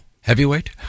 Heavyweight